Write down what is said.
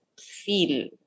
feel